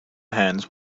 hands